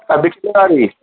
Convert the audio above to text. अधु किले वारी